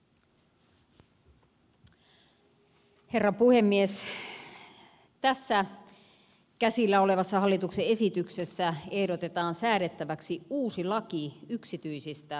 tässä käsillä olevassa hallituksen esityksessä ehdotetaan säädettäväksi uusi laki yksityisistä turvallisuuspalveluista